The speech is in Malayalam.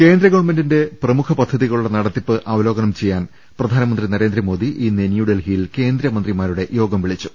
കേന്ദ്ര ഗവൺമെന്റിന്റെ പ്രമുഖ പദ്ധതികളുടെ നടത്തിപ്പ് അവ ലോകനം ചെയ്യാൻ പ്രധാനമന്ത്രി നരേന്ദ്രമോദി ഇന്ന് ന്യൂഡൽഹിയിൽ കേന്ദ്ര മന്ത്രിമാരുടെ യോഗം വിളിച്ചു